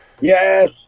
Yes